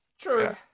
True